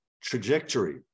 trajectory